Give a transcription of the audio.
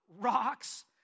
rocks